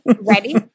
Ready